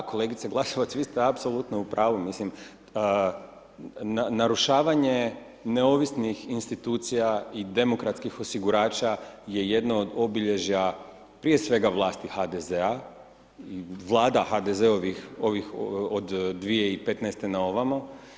Da kolegice Glasovac, vi ste apsolutno u pravu, mislim, narušavanje neovisnih institucija i demokratskih osigurača je jedno od obilježja, prije svega vlasti HDZ-a, vlada HDZ-ovih ovih od 2015. na ovamo.